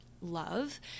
love